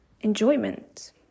enjoyment